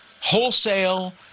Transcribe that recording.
wholesale